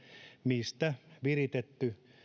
mistä viritetty